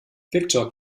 viktor